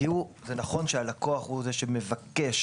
זה נכון שהלקוח הוא זה שמבקש